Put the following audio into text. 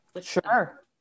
Sure